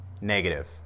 negative